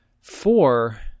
Four